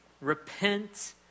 Repent